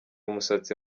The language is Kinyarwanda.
umusatsi